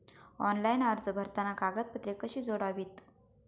Online अर्ज भरताना कागदपत्रे कशी जोडावीत?